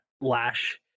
lash